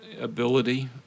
ability